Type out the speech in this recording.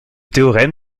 théorème